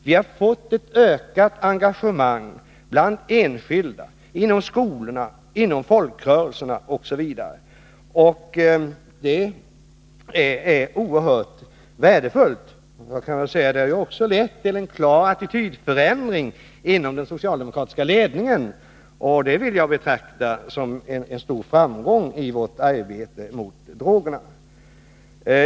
Vi har fått ett ökat engagemang bland enskilda, inom skolorna, inom folkrörelserna osv. Det är oerhört värdefullt. Det har också lett till en klar attitydförändring inom den socialdemokratiska ledningen, och det vill jag betrakta som en stor framgång i vårt arbete mot drogerna.